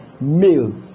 male